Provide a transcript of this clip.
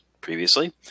previously